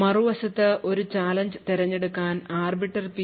മറുവശത്ത് ഒരു ചാലഞ്ച് തിരഞ്ഞെടുക്കാൻ ആർബിറ്റർ പി